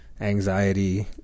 anxiety